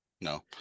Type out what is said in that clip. No